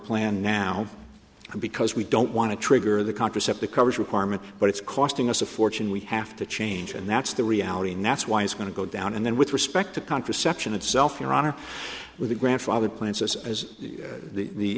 plan now because we don't want to trigger the contraceptive coverage requirement but it's costing us a fortune we have to change and that's the reality and that's why it's going to go down and then with respect to contraception itself your honor with the grandfathered plans as as the